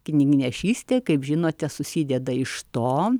knygnešystė kaip žinote susideda iš to